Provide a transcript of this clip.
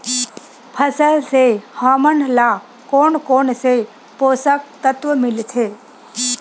फसल से हमन ला कोन कोन से पोषक तत्व मिलथे?